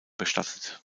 bestattet